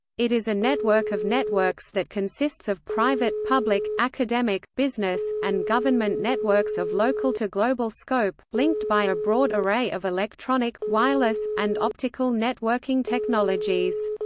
it is a network of networks that consists of private, public, academic, business, and government networks of local to global scope, linked by a broad array of electronic, wireless, and optical networking technologies.